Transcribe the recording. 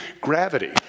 gravity